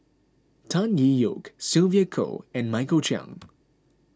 Tan Tee Yoke Sylvia Kho and Michael Chiang